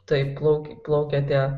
taip plaukė plaukė tie